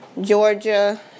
Georgia